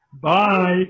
Bye